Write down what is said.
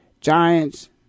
Giants